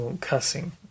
cussing